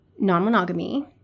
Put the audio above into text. Non-monogamy